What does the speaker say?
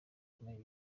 kumenya